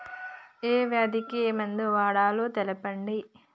ఏ వ్యాధి కి ఏ మందు వాడాలో తెల్పండి?